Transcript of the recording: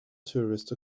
tourist